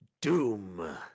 Doom